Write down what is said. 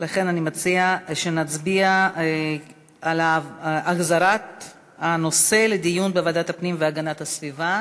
ולכן אני מציעה שנצביע על החזרת הנושא לדיון בוועדת הפנים והגנת הסביבה.